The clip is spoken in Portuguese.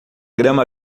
grama